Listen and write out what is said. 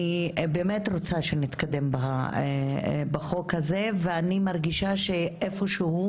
אני באמת רוצה שנתקדם בחוק הזה ואני מרגישה שאיפשהו